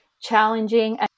challenging